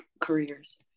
careers